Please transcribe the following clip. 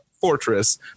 fortress